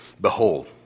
Behold